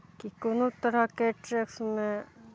कि कोनो तरहके ट्रेक्समे